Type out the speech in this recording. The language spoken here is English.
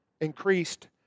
increased